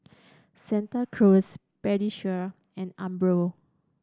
Santa Cruz Pediasure and Umbro